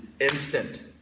instant